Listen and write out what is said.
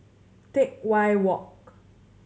Teck Whye Walk